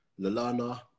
Lalana